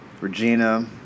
Regina